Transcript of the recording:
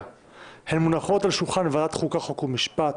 הן מונחות על שולחן ועדת חוקה חוק ומשפט.